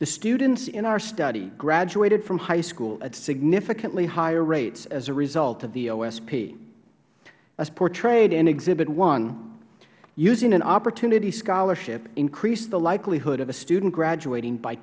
the students in our study graduated from high school at significantly higher rates as a result of the osp as portrayed in exhibit one using an opportunity scholarship increased the likelihood of a student graduating by